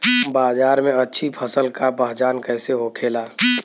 बाजार में अच्छी फसल का पहचान कैसे होखेला?